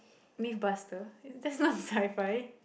myth buster that's not sci fi